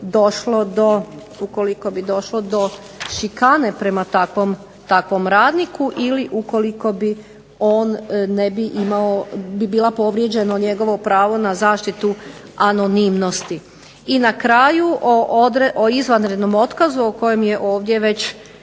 došlo do šikane prema takvom radniku ili ukoliko bi bilo povrijeđeno njegovo pravo na zaštitu anonimnosti. I na kraju o izvanrednom otkazu o kojem je ovdje već